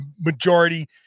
majority